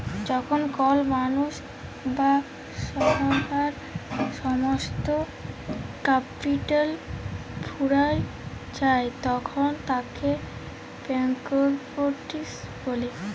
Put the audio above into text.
যখল কল মালুস বা সংস্থার সমস্ত ক্যাপিটাল ফুরাঁয় যায় তখল তাকে ব্যাংকরূপটিসি ব্যলে